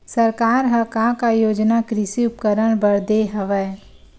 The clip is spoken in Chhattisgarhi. सरकार ह का का योजना कृषि उपकरण बर दे हवय?